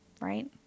right